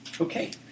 Okay